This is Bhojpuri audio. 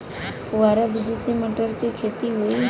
फुहरा विधि से मटर के खेती होई